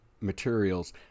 materials